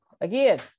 again